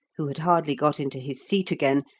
who had hardly got into his seat again,